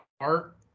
art